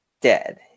dead